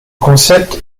concept